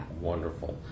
Wonderful